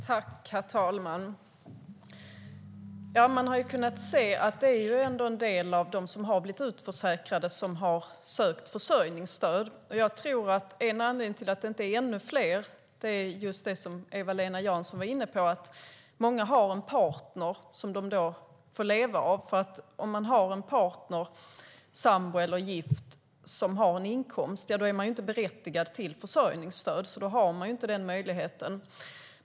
Herr talman! Man har kunnat se att en del av dem som har blivit utförsäkrade har sökt försörjningsstöd. Jag tror att en anledning till att det inte är ännu fler är det som Eva-Lena Jansson var inne på, att många har en partner som de får leva av. Om man har en partner, sambo eller är gift med någon som har en inkomst är man inte berättigad till försörjningsstöd. Då har man inte den möjligheten.